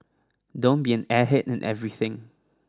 don't be an airhead in everything